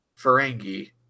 Ferengi